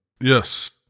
Yes